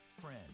friend